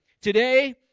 Today